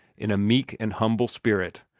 in a meek an' humble spirit,